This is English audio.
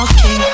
Okay